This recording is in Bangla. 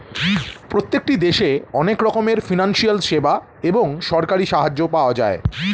প্রত্যেকটি দেশে অনেক রকমের ফিনান্সিয়াল সেবা এবং সরকারি সাহায্য পাওয়া যায়